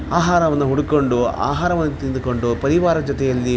ಆಹಾರವನ್ನು ಹುಡ್ಕೊಂಡು ಆಹಾರವನ್ನು ತಿಂದುಕೊಂಡು ಪರಿವಾರ ಜೊತೆಯಲ್ಲಿ ಮ